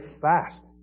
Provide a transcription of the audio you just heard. fast